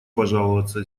пожаловаться